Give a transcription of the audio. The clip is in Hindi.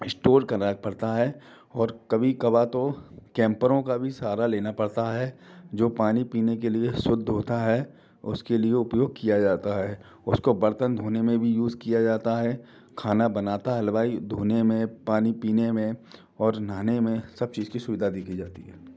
इश्टोर करना पड़ता है और कभी कभार तो कैम्परों का भी सहारा लेना पड़ता है जो पानी पीने के लिए शुद्ध होता है उसके लिए उपयोग किया जाता है उसको बर्तन धोने में भी यूज़ किया जाता है खाना बनाता है हलवाई धोने में पानी पीने में और नहाने में सब चीज़ की सुविधा देखी जाती है